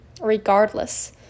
Regardless